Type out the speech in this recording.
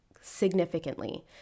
significantly